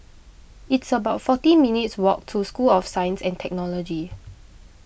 it's about forty minutes' walk to School of Science and Technology